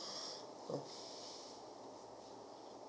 mm